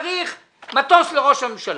צריך מטוס לראש הממשלה.